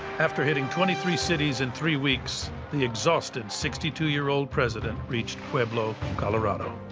after hitting twenty three cities in three weeks, the exhausted sixty two year old president reached pueblo, colorado.